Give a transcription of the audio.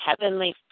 Heavenly